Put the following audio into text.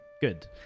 Good